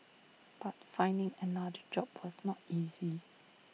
but finding another job was not easy